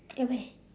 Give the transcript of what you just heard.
at where